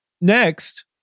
next